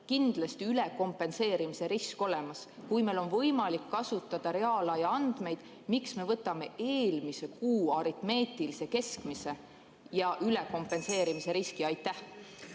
kindlasti ülekompenseerimise risk olemas. Kui meil on võimalik kasutada reaalaja andmeid, miks me võtame aluseks eelmise kuu aritmeetilise keskmise ja riskime ülekompenseerimisega? Aitäh,